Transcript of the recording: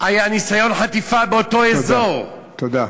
היה ניסיון חטיפה באותו אזור, תודה.